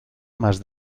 más